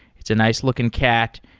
it's a nice-looking cat.